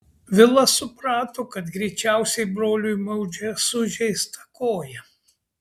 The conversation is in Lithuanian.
vilas suprato kad greičiausiai broliui maudžia sužeistą koją